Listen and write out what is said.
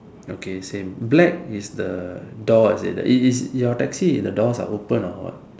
okay same black is the door is it is is your taxi the doors are open or what